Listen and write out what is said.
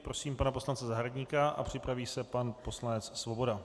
Prosím pana poslance Zahradníka a připraví se pan poslanec Svoboda.